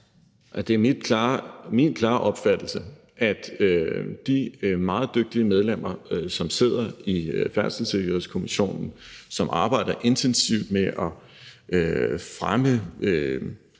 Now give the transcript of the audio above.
Det er min klare opfattelse, at de meget dygtige medlemmer, som sidder i Færdselssikkerhedskommissionen, som arbejder intensivt med at fremme